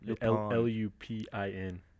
L-U-P-I-N